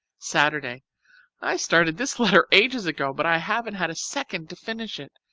saturday i started this letter ages ago, but i haven't had a second to finish it.